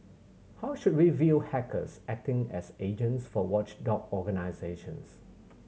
how should we view hackers acting as agents for watchdog organisations